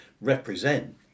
represent